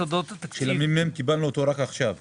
ומוסדות הפטור אמורים היו לקבל 55%